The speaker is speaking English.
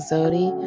Zodi